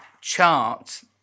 chart